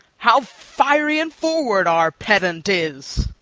how fiery and forward our pedant is!